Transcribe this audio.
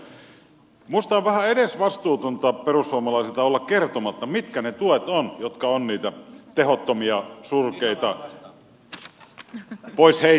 minusta on vähän edesvastuutonta perussuomalaisilta olla kertomatta mitkä ovat ne tuet jotka ovat niitä tehottomia surkeita pois heitettäviä